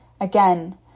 again